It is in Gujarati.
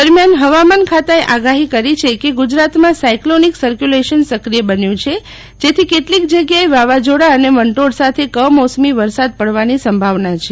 દરમિયાન ફવામાન ખાતાએ આગાફી કરી છે કે ગુજરાતમાં સાઈકલોનિક સકર્યુલેશન સક્રિય બન્યું છે જેથી કેટલીક જગ્યાએ વાવાઝોડા અને વંટોળ સાથે કમોસમી વરસાદ પડવાની સંભાવના છે